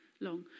Long